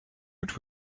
would